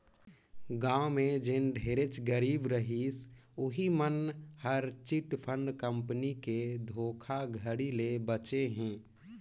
गाँव में जेन ढेरेच गरीब रहिस उहीं मन हर चिटफंड कंपनी के धोखाघड़ी ले बाचे हे